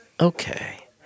okay